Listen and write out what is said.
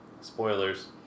Spoilers